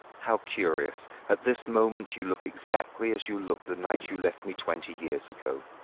how curious! at this moment you look exactly as you looked the night you left me twenty years ago.